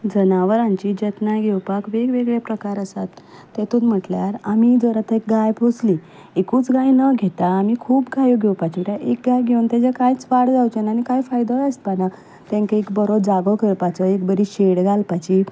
जनावरांची जतनाय घेवपाक वेग वेगळे प्रकार आसात तेतूंत म्हटल्यार आमी जर आतां एक गाय पोसली एकूच गाय न घेता आमी खूब गायो घेवपाच्यो कित्याक एक गाय घेवन ताचें कांय वाड जावचें ना आनी कांय फायदोय आसपा ना तांकां एक बरो जागो करपाचो एक बरी शेड घालपाची